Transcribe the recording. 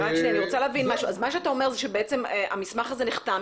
למעשה, אתה אומר שהמסמך הזה נחתם.